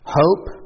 hope